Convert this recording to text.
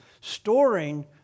storing